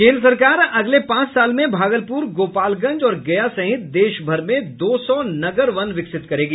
केन्द्र सरकार अगले पांच साल में भागलपुर गोपालगंज और गया सहित देश भर में दो सौ नगर वन विकसित करेगी